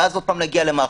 ואז עוד פעם נגיע למח"ש.